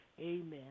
Amen